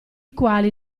quali